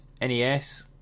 NES